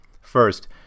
first